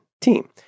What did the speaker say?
team